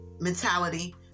mentality